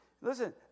Listen